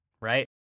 right